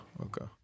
Okay